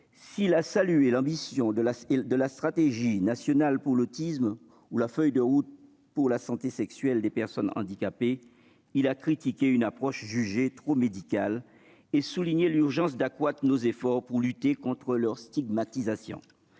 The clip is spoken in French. S'il a salué l'ambition de la stratégie nationale pour l'autisme ou la feuille de route pour la santé sexuelle des personnes handicapées, il a critiqué une approche jugée trop médicale et souligné l'urgence d'accroître nos efforts pour lutter contre la stigmatisation.